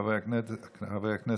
הצעה לסדר-היום של חברי הכנסת